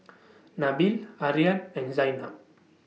Nabil Aryan and Zaynab